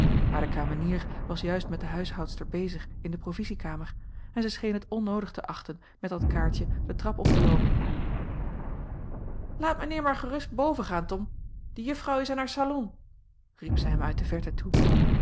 maar de kamenier was juist met de huishoudster bezig in de provisiekamer en zij scheen het onnoodig te achten met dat kaartje de trap op te loopen laat mijnheer maar gerust boven gaan tom de juffrouw is in haar salon riep zij hem uit de verte toe